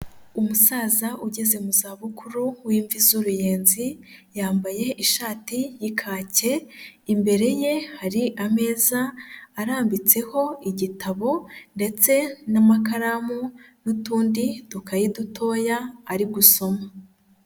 Umusaza ugeze mu za bukuru w'imvi z'uruyenzi yambaye ishati y'ikake, imbere ye hari ameza arambitseho igitabo ndetse n'amakaramu n'utundi dukaye dutoya ari gusoma.